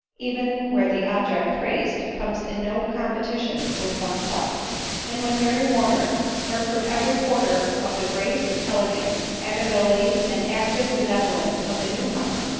even where the object praised comes in no competition with oneself and when mary warner heard from every quarter of the grace and ele gance, affability and active benevolence of the new comer,